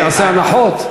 יעשה הנחות?